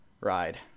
ride